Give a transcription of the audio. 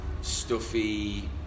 stuffy